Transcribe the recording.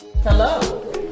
hello